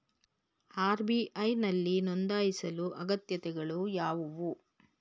RBI ನಲ್ಲಿ ನೊಂದಾಯಿಸಲು ಅಗತ್ಯತೆಗಳು ಯಾವುವು?